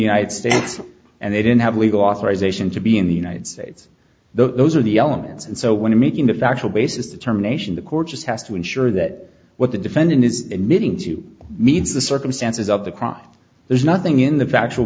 states and they don't have legal authorization to be in the united states those are the elements and so when i'm making a factual basis determination the court just has to ensure that what the defendant is emitting to meets the circumstances of the crime there's nothing in the factual